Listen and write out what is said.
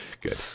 Good